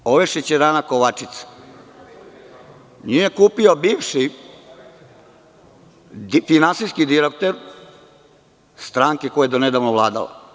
Ova šećerana „Kovačica“, nju je kupio bivši finansijski direktor stranke koja je donedavno vladala.